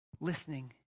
listening